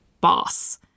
boss